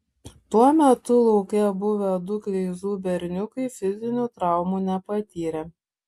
tuo metu lauke buvę du kleizų berniukai fizinių traumų nepatyrė